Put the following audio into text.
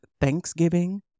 Thanksgiving